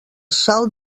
salt